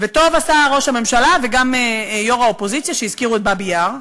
וטוב עשו ראש הממשלה וגם יו"ר האופוזיציה שהזכירו את באבי-יאר.